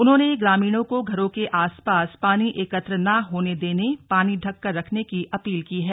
उन्होंने ग्रामीणों को घरों के आसपास पानी एकत्र न होने देने पानी ढककर रखने की अपील की है